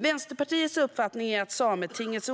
Vänsterpartiets uppfattning är att Sametinget